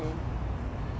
no